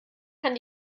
kann